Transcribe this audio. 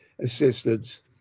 assistance